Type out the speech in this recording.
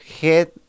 head